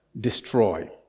destroy